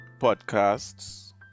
podcasts